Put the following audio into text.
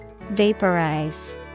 Vaporize